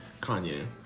Kanye